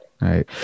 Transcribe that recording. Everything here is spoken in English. Right